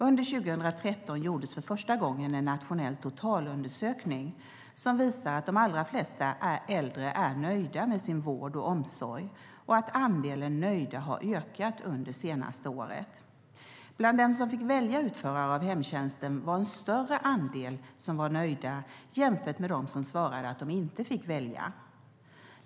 Under 2013 gjordes för första gången en nationell totalundersökning som visar att de allra flesta äldre är nöjda med sin vård och omsorg och att andelen nöjda har ökat under det senaste året. Bland dem som fick välja utförare av hemtjänsten var det en större andel som var nöjda jämfört med dem som svarade att de inte fick välja.